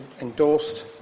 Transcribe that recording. endorsed